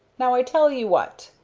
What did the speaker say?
now i tell ee what.